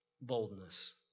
Boldness